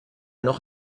noch